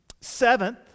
Seventh